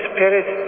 Spirit